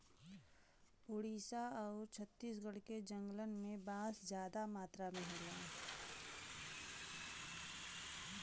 ओडिसा आउर छत्तीसगढ़ के जंगलन में बांस जादा मात्रा में होला